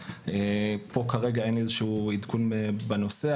פה כרגע אין לי איזה שהוא עדכון בנושא,